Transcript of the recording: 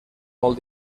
molt